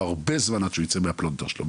לו הרבה זמן עד שהוא יצא מהפלונטר שלו.